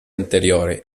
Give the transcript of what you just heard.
anteriori